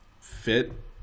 fit